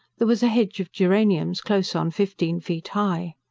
there was a hedge of geraniums close on fifteen feet high.